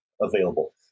available